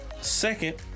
Second